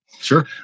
Sure